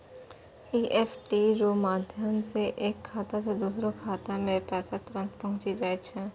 EFT रो माध्यम से एक खाता से दोसरो खातामे पैसा तुरंत पहुंचि जाय छै